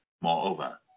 Moreover